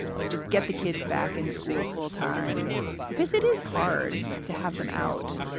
like, just get the kids back in school full time because it is hard to have them out.